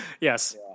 Yes